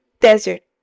desert